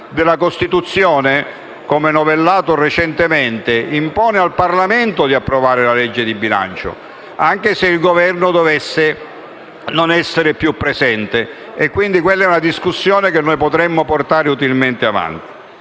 Costituzione, come recentemente novellato, impone al Parlamento di approvare la legge di bilancio anche se il Governo non dovesse essere più presente: quella è una discussione che potremmo portare utilmente avanti.